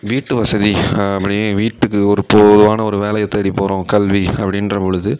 வீட்டு வசதி அப்படியே வீட்டுக்கு ஒரு பொதுவான ஒரு வேலையை தேடி போகிறோம் கல்வி அப்படின்ற பொழுது